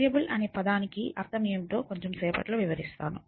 variable అనే పదానికి అర్థం ఏమిటో కొంచెం సేపటిలో వివరిస్తాను